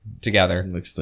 together